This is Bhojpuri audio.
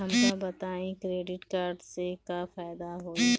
हमका बताई क्रेडिट कार्ड से का फायदा होई?